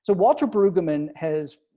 so walter brueggemann has